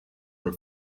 her